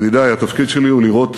ידידי, התפקיד שלי הוא לראות